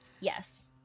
Yes